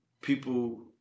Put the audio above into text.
people